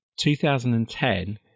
2010